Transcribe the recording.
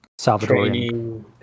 Salvadorian